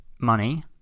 money